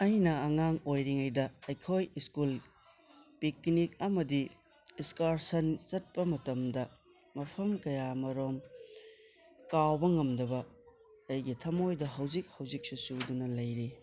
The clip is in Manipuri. ꯑꯩꯅ ꯑꯉꯥꯡ ꯑꯣꯏꯔꯤꯉꯩꯗ ꯑꯩꯈꯣꯏ ꯁ꯭ꯀꯨꯜ ꯄꯤꯛꯅꯤꯛ ꯑꯃꯗꯤ ꯏꯁꯀꯔꯁꯟ ꯆꯠꯄ ꯃꯇꯝꯗ ꯃꯐꯝ ꯀꯌꯥꯃꯔꯣꯝ ꯀꯥꯎꯕ ꯉꯝꯗꯕ ꯑꯩꯒꯤ ꯊꯃꯣꯏꯗ ꯍꯧꯖꯤꯛ ꯍꯧꯖꯤꯛꯁꯨ ꯆꯨꯗꯨꯅ ꯂꯩꯔꯤ